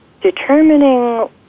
determining